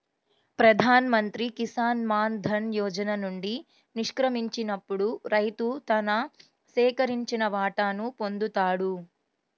ప్రధాన్ మంత్రి కిసాన్ మాన్ ధన్ యోజన నుండి నిష్క్రమించినప్పుడు రైతు తన సేకరించిన వాటాను పొందుతాడు